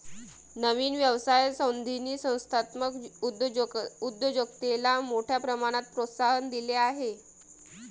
नवीन व्यवसाय संधींनी संस्थात्मक उद्योजकतेला मोठ्या प्रमाणात प्रोत्साहन दिले आहे